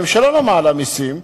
הממשלה לא מעלה מסים,